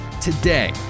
today